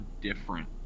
different